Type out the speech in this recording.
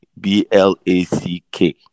B-L-A-C-K